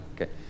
Okay